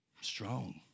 strong